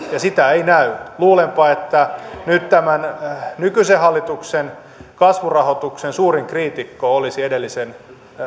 sitä ei näy luulenpa että nyt tämän nykyisen hallituksen kasvurahoituksen suurin kriitikko olisi edellisen